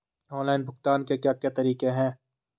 Online भुगतान के क्या क्या तरीके हैं?